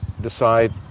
decide